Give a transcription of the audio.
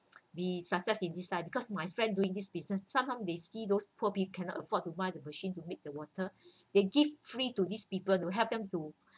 be successful in this time because my friend doing this business sometime they see those poor people cannot afford to buy the machine to make the water they give free to these people to help them to